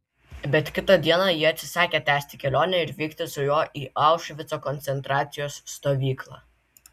bet kitą dieną ji atsisakė tęsti kelionę ir vykti su juo į aušvico koncentracijos stovyklą